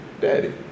daddy